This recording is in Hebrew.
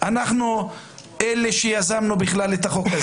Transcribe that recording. אנחנו אלה שיזמנו בכלל את החוק הזה',